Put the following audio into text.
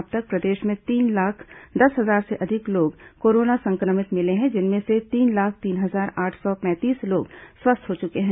अब तक प्रदेश में तीन लाख दस हजार से अधिक लोग कोरोना संक्रमित मिले हैं जिनमें से तीन लाख तीन हजार आठ सौ पैंतीस लोग स्वस्थ हो चुके हैं